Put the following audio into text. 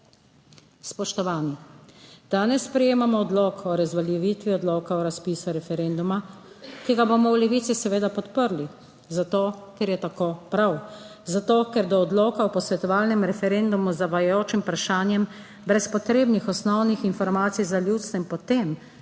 Spoštovani. Danes sprejemamo Odlok o razveljavitvi Odloka o razpisu referenduma, ki ga bomo v Levici seveda podprli zato, ker je tako prav, zato, ker do odloka o posvetovalnem referendumu z zavajajočim vprašanjem brez potrebnih osnovnih informacij za ljudstvo in po tem,